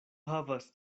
havas